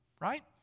right